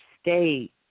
state